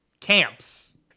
camps